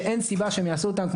שאין סיבה שהם יעשו אותם,